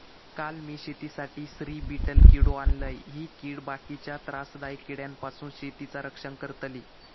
काल मी शेतीसाठी स्त्री बीटल किडो आणलय, ही कीड बाकीच्या त्रासदायक किड्यांपासून शेतीचा रक्षण करतली